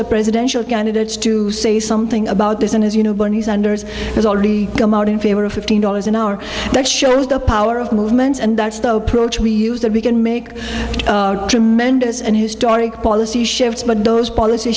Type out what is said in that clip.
the presidential candidates to say something about this and as you know bernie sanders has already come out in favor of fifteen dollars an hour that shows the power of movements and that's the approach we use that we can make tremendous and historic policy shifts but those policy